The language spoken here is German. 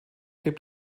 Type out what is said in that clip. lebt